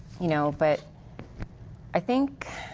you know, but i think